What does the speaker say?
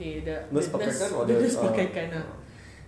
the nurse pakaikan or the uh uh